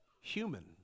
Human